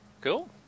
Cool